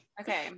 Okay